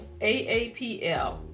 AAPL